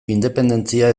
independentzia